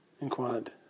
inquired